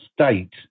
state